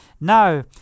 Now